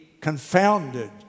confounded